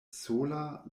sola